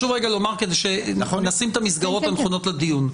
חשוב שנשים את המסגרות הנכונות לדיון.